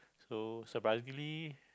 so surprisingly